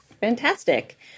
Fantastic